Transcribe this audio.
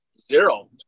Zero